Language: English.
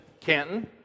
Canton